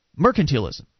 Mercantilism